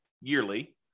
yearly